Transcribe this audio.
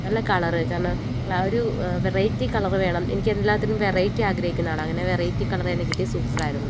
നല്ല കളറ് കാരണം ക്ലാ ഒരു വെറൈറ്റി കളറ് വേണം എനിക്ക് എല്ലാത്തിനും വെറൈറ്റി ആഗ്രഹിക്കുന്ന ആളാണ് അങ്ങനെ വെറൈറ്റി കളറ് തന്നെ കിട്ടി സൂപ്പറായിരുന്നു